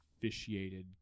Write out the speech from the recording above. officiated